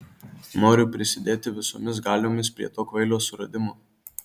noriu prisidėti visomis galiomis prie to kvailio suradimo